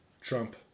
Trump